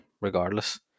regardless